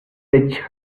tech